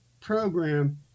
program